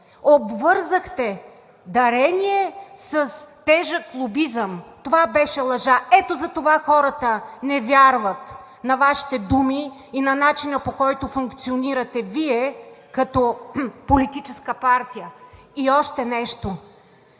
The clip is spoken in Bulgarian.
обвързахте дарение с тежък лобизъм. Това беше лъжа. Ето затова хората не вярват на Вашите думи и на начина, по който функционирате Вие като политическа партия. И още нещо.